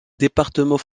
département